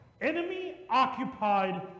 Enemy-occupied